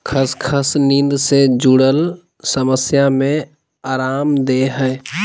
खसखस नींद से जुरल समस्या में अराम देय हइ